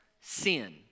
Sin